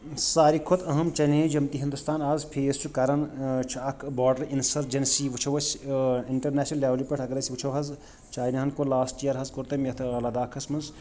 سارِوٕے کھۄتہٕ أہم چیلینج یِم تہِ ہِنٛدوستان اَز فیس چھُ کران چھُ اکھ باڈر اِنسٔرجنسی وُچھو أسۍ اِنٹرنیشنل لیولہِ پٮ۪ٹھ اگر أسۍ وُچھو حظ چایناہن کوٚر لاسٹ یِیَر حظ کوٚر تمہِ یتھ لداخس منٛز